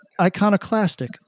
Iconoclastic